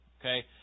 Okay